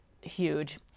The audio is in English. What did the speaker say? huge